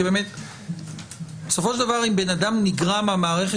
כי באמת בסופו של דבר אם בן אדם נגרע מהמערכת